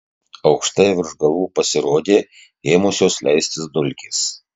aukštai virš galvų pasirodė ėmusios leistis dulkės